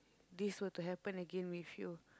this were to happen again with you